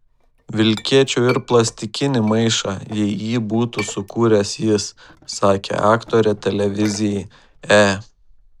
vilkėčiau ir plastikinį maišą jei jį būtų sukūręs jis sakė aktorė televizijai e